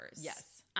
Yes